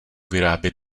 vyrábět